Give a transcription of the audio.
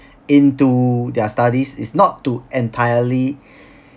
into their studies is not to entirely